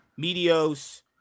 Medios